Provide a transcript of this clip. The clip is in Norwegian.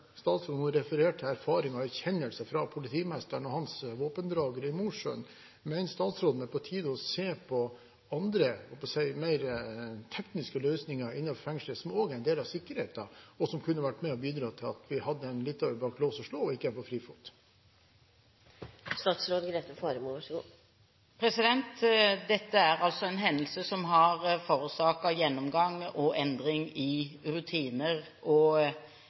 statsråden refererer til erfaringer og erkjennelser fra politimesteren og hans våpendrager i Mosjøen, mener statsråden det er på tide å se på andre – jeg holdt på å si – mer tekniske løsninger innenfor fengselet, som også er en del av sikkerheten, og som kunne vært med og bidratt til at vi hadde en litauer bak lås og slå og ikke en på frifot? Dette er altså en hendelse som har forårsaket gjennomgang og endring i rutiner, og